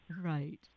Right